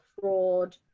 fraud